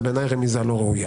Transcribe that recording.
זו בעיניי רמיזה לא ראויה.